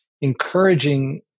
encouraging